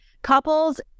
Couples